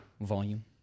volume